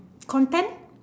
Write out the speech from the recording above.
content